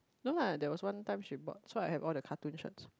no lah there was one time she bought so I have all the cartoon shorts